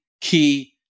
key